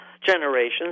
generations